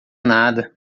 nada